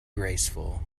graceful